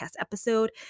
episode